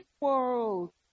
world